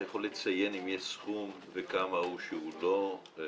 אתה יכול לציין מה הסכום שהוא לא מיועד,